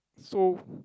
so